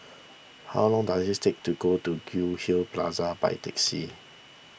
how long does its take to go to Goldhill Plaza by taxi